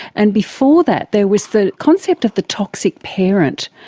and before that there was the concept of the toxic parent.